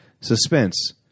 suspense